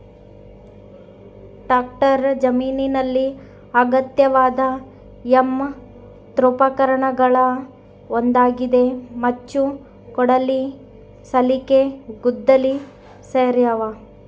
tractor ಜಮೀನಿನಲ್ಲಿ ಅಗತ್ಯವಾದ ಯಂತ್ರೋಪಕರಣಗುಳಗ ಒಂದಾಗಿದೆ ಮಚ್ಚು ಕೊಡಲಿ ಸಲಿಕೆ ಗುದ್ದಲಿ ಸೇರ್ಯಾವ